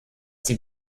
die